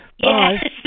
Bye